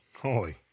Holy